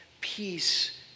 peace